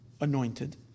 anointed